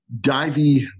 divey